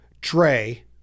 Dre